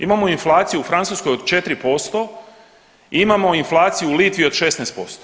Imamo inflaciju u Francuskoj od 4% i imamo inflaciju u Litvi od 16%